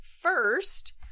first